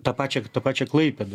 tą pačią tą pačią klaipėdą